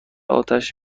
اتش